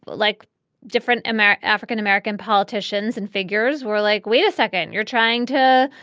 but like different america, african-american politicians and figures were like, wait a second. you're trying to,